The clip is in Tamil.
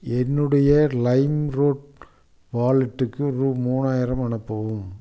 என்னுடைய லைம்ரோட் வாலெட்டுக்கு ரூ மூணாயிரம் அனுப்பவும்